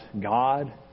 God